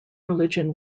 religion